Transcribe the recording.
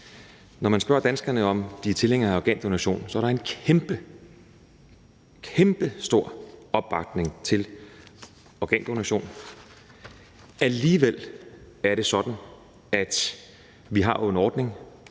Når man spørger danskerne, om de er tilhængere af organdonation, er der en kæmpestor opbakning til organdonation. Alligevel er det sådan – vi har jo en ordning,